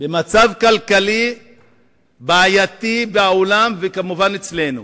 במצב כלכלי בעייתי בעולם, וכמובן אצלנו,